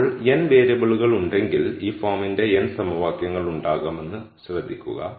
ഇപ്പോൾ n വേരിയബിളുകൾ ഉണ്ടെങ്കിൽ ഈ ഫോമിന്റെ n സമവാക്യങ്ങൾ ഉണ്ടാകുമെന്ന് ശ്രദ്ധിക്കുക